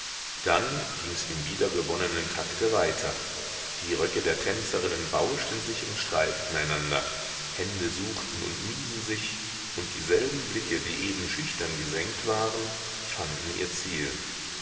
dann gings im wiedergewonnenen takte weiter die röcke der tänzerinnen bauschten sich und streiften einander hände suchten und mieden sich und dieselben blicke die eben schüchtern gesenkt waren fanden ihr ziel